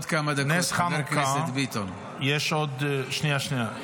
חבר הכנסת ביטון, שנייה, שנייה.